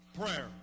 Prayer